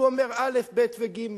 הוא אומר א', ב' וג'.